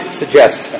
suggest